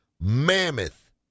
mammoth